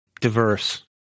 diverse